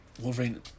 Wolverine